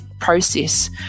process